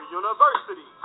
university